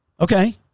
Okay